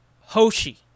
Hoshi